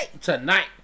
Tonight